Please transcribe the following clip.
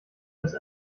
des